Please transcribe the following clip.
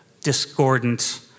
discordant